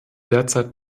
derzeit